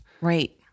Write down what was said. Right